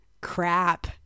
crap